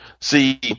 See